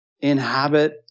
inhabit